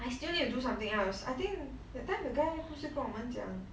I still need to do something else I think that time that guy 不是跟我们讲